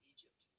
Egypt